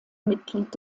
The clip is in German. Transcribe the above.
mitglied